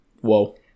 whoa